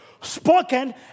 Spoken